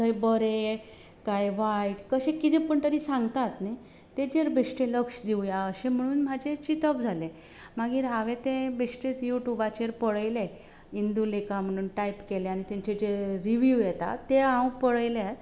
थंय बरे कांय वायट कशें किदें पूण तरी सांगतात न्ही तेचेर बेश्टे लक्ष दिवया अशें म्हणून म्हाजे चिंतप जाले मागीर हांवें तें बेश्टेच यू ट्यूबाचेर पळयले इंदू लेखा म्हणून टायप केलें आनी तांचे जे रिव्यू येता ते हांव पळयल्या